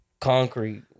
concrete